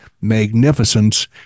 magnificence